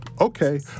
Okay